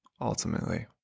ultimately